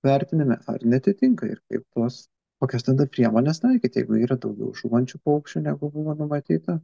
vertiname ar neatitinka ir kaip tuos kokias ten dar priemones taikyti jeigu yra daugiau žūvančių paukščių negu buvo numatyta